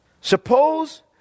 Suppose